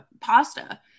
pasta